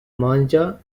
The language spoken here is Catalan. monja